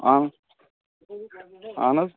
اَہَن حظ اَہن حظ